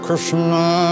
Krishna